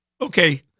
Okay